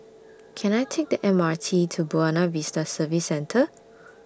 Can I Take The M R T to Buona Vista Service Centre